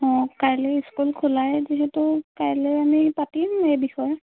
অঁ কাইলৈ স্কুল খোলাই যিহেতু কাইলৈ আমি পাতিম এই বিষয়ে